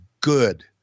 good